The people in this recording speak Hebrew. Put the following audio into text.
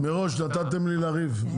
מראש נתתם לי לריב.